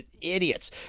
idiots